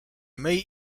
myj